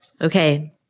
Okay